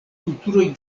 kulturoj